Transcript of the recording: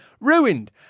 ruined